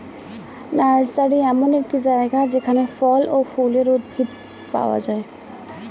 nursery এমন একটি জায়গা যেখানে ফল ও ফুলের উদ্ভিদ পাওয়া যায়